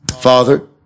Father